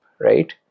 right